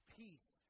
peace